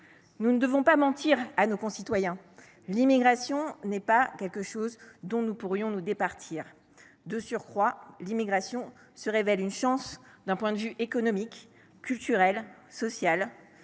Nous ne devons pas mentir à nos concitoyens : l’immigration n’est pas quelque chose dont nous pourrions nous départir. De surcroît, l’immigration se révèle une chance d’un point de vue économique, culturel, social.